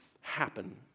happen